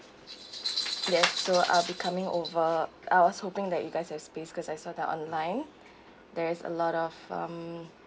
yes so uh I'll coming over I was hoping that you guys have space cause I saw that online there is a lot of um